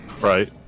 Right